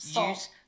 use